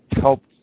help